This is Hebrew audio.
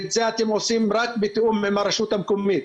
את זה אתם עושים רק בתיאום עם הרשות המקומית.